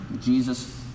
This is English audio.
Jesus